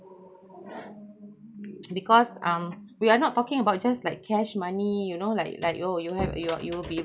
because um we are not talking about just like cash money you know like like you you have you're you will be